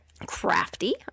crafty